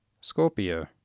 Scorpio